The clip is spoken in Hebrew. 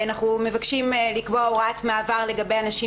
אנחנו מבקשים לקבוע הוראת מעבר לגבי אנשים